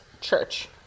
church